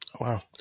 Wow